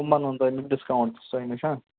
یِم بَنن تۄہہ نِش ڈسکاونٹ تہِ چھُ تۄہہ نِش